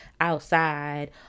outside